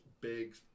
big